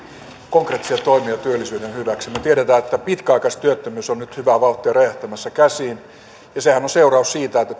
hyväksi me tiedämme että pitkäaikaistyöttömyys on nyt hyvää vauhtia räjähtämässä käsiin ja sehän on seuraus siitä että